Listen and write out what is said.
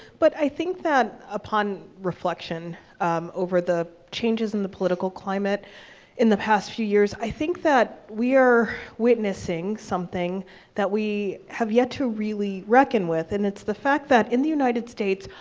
but i think that, upon reflection over the changes in the political climate in the past few years, i think that we are witnessing something that we have yet to really reckon with, and it's the fact that, in the united states,